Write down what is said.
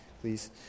please